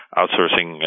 outsourcing